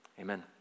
Amen